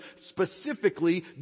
specifically